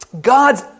God's